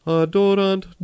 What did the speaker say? adorant